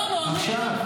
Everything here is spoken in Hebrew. עכשיו.